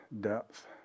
depth